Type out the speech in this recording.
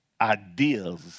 ideas